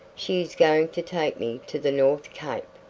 she is going to take me to the north cape.